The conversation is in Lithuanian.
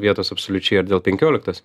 vietos absoliučiai ar dėl penkioliktos